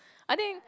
I think